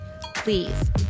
please